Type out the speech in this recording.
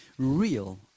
real